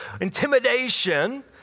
intimidation